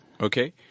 Okay